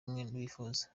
bifuza